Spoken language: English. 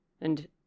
And